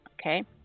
Okay